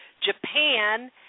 Japan